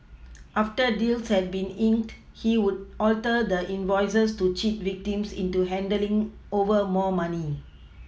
after deals had been inked he would alter the invoices to cheat victims into handling over more money